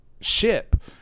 ship